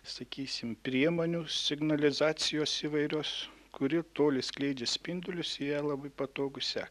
sakysim priemonių signalizacijos įvairios kuri toli skleidžia spindulius ir ją labai patogu sekt